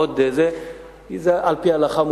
זה מותר על-פי ההלכה.